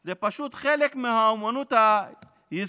זה פשוט חלק מהאומנות הישראלית